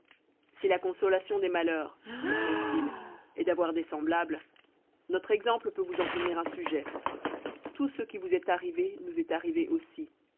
si la consolation des malheureux reprirent-ils est d'avoir des semblables notre exemple peut vous en fournir un sujet tout ce qui vous est arrivé nous est arrivé aussi